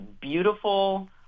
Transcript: beautiful